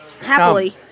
happily